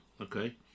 Okay